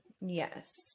Yes